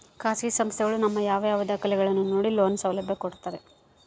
ಖಾಸಗಿ ಸಂಸ್ಥೆಗಳು ನಮ್ಮ ಯಾವ ಯಾವ ದಾಖಲೆಗಳನ್ನು ನೋಡಿ ಲೋನ್ ಸೌಲಭ್ಯ ಕೊಡ್ತಾರೆ?